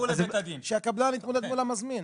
שהקבלן יתמודד מול המזמין.